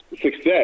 success